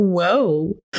Whoa